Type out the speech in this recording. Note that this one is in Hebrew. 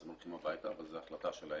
אז הם הולכים הביתה אבל זאת החלטה שלהם,